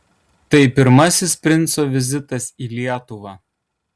tai pirmasis princo vizitas į lietuvą